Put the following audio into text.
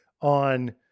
on